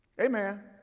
Amen